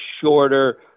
shorter